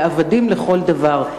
לעבדים לכל דבר,